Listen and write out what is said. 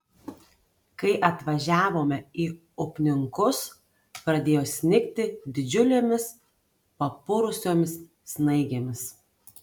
kai atvažiavome į upninkus pradėjo snigti didžiulėmis papurusiomis snaigėmis